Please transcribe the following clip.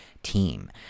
team